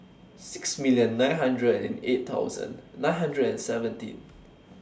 six million nine hundred and eight thousand nine hundred and seventeen